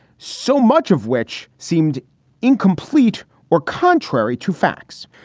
so much of which seemed incomplete or contrary to facts.